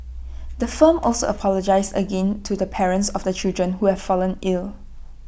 the firm also apologised again the parents of the children who have fallen ill